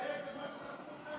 זאב, זה מה שסחטו אתכם?